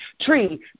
tree